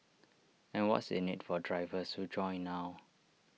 and what's in IT for drivers who join now